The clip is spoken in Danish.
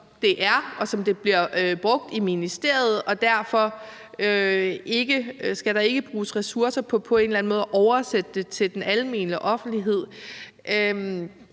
som det er, og som det bliver brugt i ministeriet, og derfor skal der ikke bruges ressourcer på på en eller anden måde at oversætte det til den almene offentlighed.